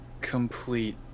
complete